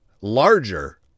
larger